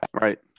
right